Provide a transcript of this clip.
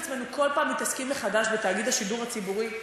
עצמנו בכל פעם מתעסקים מחדש בתאגיד השידור הציבורי,